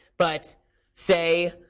but say,